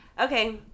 Okay